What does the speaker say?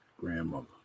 grandmother